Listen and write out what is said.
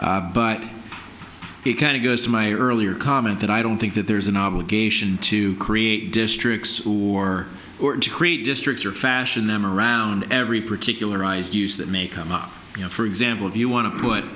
it but it kind of goes to my earlier comment that i don't think that there's an obligation to create districts or or to create districts or fashion them around every particularized use that may come up you know for example if you wan